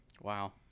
Wow